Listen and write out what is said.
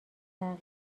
تغییر